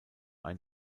ein